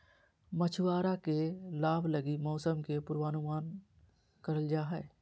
मछुआरा के लाभ लगी मौसम के पूर्वानुमान करल जा हइ